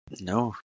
No